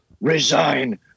resign